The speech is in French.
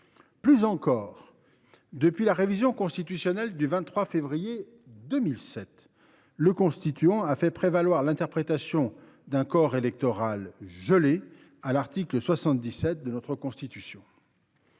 Plus encore, depuis la révision constitutionnelle du 23 février 2007, le constituant a fait prévaloir l’interprétation d’un corps électoral « gelé » à l’article 77 de la Constitution.